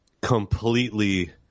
completely